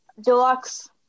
deluxe